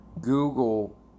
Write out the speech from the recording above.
Google